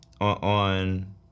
On